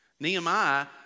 Nehemiah